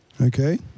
Okay